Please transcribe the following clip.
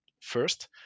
first